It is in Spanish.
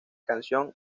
canción